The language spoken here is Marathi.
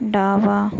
डावा